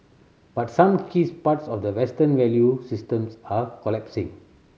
but some keys parts of the Western value systems are collapsing